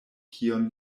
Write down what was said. kion